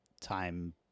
time